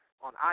on